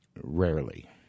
Rarely